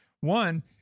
One